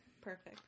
Perfect